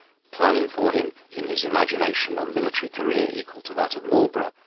planning for him in his imagination a military career equal to that of marlborough,